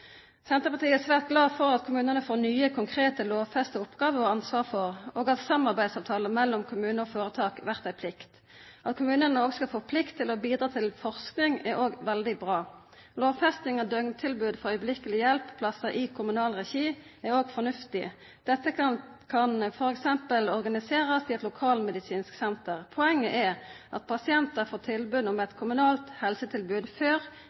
Senterpartiet er svært glad for at kommunane får ansvar for nye, konkrete lovfesta oppgåver, og for at samarbeidsavtalar mellom kommunar og føretak blir ei plikt. At kommunane skal få plikt til å bidra til forsking, er òg veldig bra. Lovfesting av døgntilbod for straks-hjelp-plassar i kommunal regi er òg fornuftig. Dette kan f.eks. organiserast i eit lokalmedisinsk senter. Poenget er at pasientane får eit kommunalt helsetilbod før,